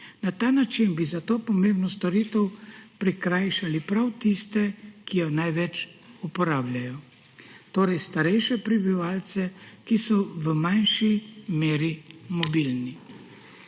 Na ta način bi za to pomembno storitev prikrajšali prav tiste, ki jo najbolj uporabljajo, torej starejše prebivalce, ki so v manjši meri mobilni.